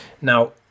Now